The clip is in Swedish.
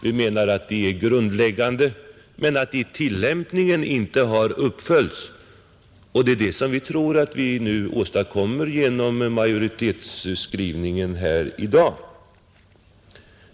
Vi menar att detta är grundläggande, men att det i tillämpningen inte har följts upp, och vi tror, att vi nu kan åstadkomma det genom majoritetens skrivning här i dag.